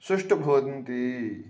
सुष्ठु भवन्ति